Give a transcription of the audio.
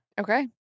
Okay